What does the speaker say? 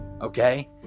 Okay